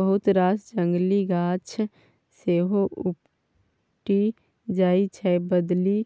बहुत रास जंगली गाछ सेहो उपटि जाइ छै बदलि